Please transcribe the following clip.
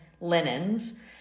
linens